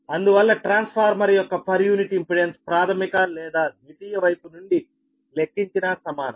అందువల్ల ట్రాన్స్ఫార్మర్ యొక్క per unit impedance ప్రాధమిక లేదా ద్వితీయ వైపు నుండి లెక్కించినా సమానం